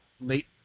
late